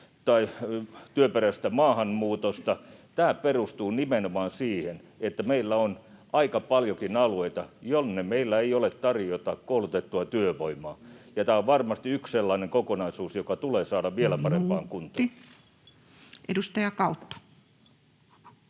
työperäisestä maahanmuutosta. Tämä perustuu nimenomaan siihen, että meillä on aika paljonkin alueita, jonne meillä ei ole tarjota koulutettua työvoimaa, ja tämä on varmasti yksi sellainen kokonaisuus, [Puhemies: Minuutti!] joka tulee saada vielä parempaan kuntoon. Edustaja Kautto.